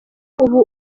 ubu